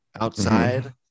outside